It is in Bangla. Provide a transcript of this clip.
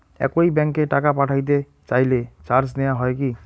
একই ব্যাংকে টাকা পাঠাতে চাইলে চার্জ নেওয়া হয় কি?